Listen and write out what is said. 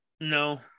no